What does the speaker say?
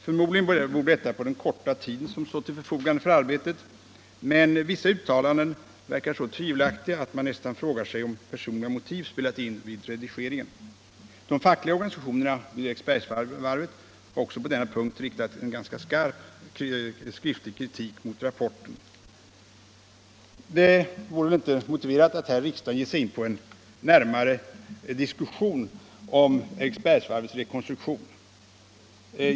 Förmodligen beror detta på den korta tid som stått till förfogande för arbetet, men vissa uttalanden verkar så tvivelaktiga att man nästan frågar sig, om personliga motiv spelat in vid redigeringen. De fackliga organisationerna vid Eriksbergsvdrvet har också på den punkten riktat en ganska skarp skriftlig kritik mot rapporten. Det vore nog inte motiverat att här i riksdagen ge sig in på en närmare diskussion om Eriksbergsvarvets rekonstruktion.